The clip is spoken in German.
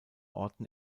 orten